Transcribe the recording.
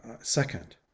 second